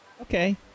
Okay